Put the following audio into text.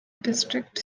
district